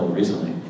recently